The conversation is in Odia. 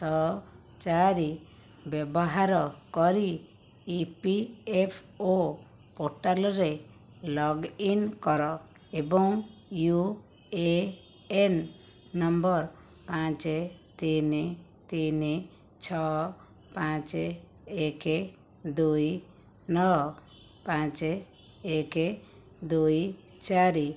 ଛଅ ଚାରି ବ୍ୟବହାର କରି ଇ ପି ଏଫ୍ ଓ ପୋର୍ଟାଲ୍ରେ ଲଗ୍ ଇନ୍ କର ଏବଂ ୟୁ ଏ ଏନ୍ ନମ୍ବର ପାଞ୍ଚ ତିନି ତିନି ଛଅ ପାଞ୍ଚ ଏକ ଦୁଇ ନଅ ପାଞ୍ଚ ଏକ ଦୁଇ ଚାରି